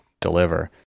deliver